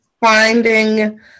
finding